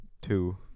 Two